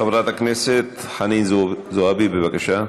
חברת הכנסת חנין זועבי, בבקשה.